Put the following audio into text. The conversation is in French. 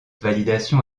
validation